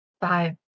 Five